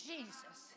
Jesus